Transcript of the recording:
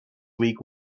week